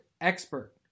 expert